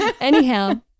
Anyhow